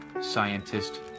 scientist